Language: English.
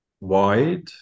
wide